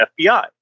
FBI